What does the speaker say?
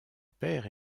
père